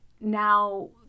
now